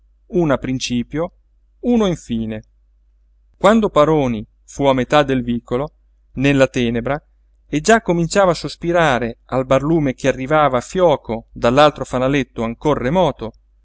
a principio uno in fine quando paroni fu a metà del vicolo nella tenebra e già cominciava a sospirare al barlume che arrivava fioco dall'altro fanaletto ancor remoto